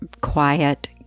Quiet